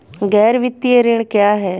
गैर वित्तीय ऋण क्या है?